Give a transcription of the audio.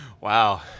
Wow